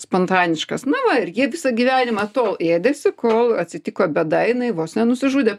spontaniškas na va ir jie visą gyvenimą tol ėdėsi kol atsitiko bėda jinai vos nenusižudė